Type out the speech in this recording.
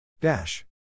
Dash